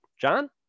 John